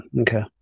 Okay